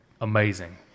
amazing